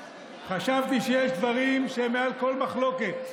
חשבתי שיש דברים שהם מעל כל מחלוקת,